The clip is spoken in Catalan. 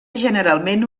generalment